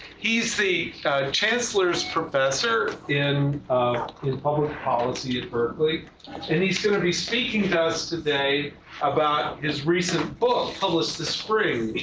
he's the chancellor's professor in public policy at berkeley and he's gonna be speaking to us today about his recent book published this spring,